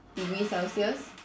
degree celsius